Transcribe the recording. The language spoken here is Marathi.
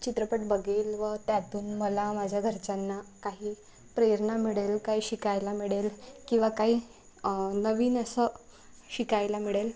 चित्रपट बघेल व त्यातून मला माझ्या घरच्यांना काही प्रेरणा मिळेल काही शिकायला मिळेल किंवा काही नवीन असं शिकायला मिळेल